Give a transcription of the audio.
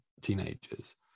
teenagers